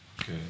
okay